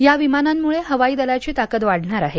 या विमानांमुळे हवाई दलाची ताकद वाढणार आहे